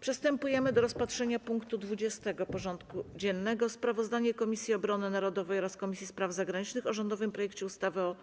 Przystępujemy do rozpatrzenia punktu 20. porządku dziennego: Sprawozdanie Komisji Obrony Narodowej oraz Komisji Spraw Zagranicznych o rządowym projekcie ustawy o